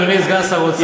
אדוני סגן שר האוצר,